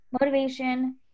Motivation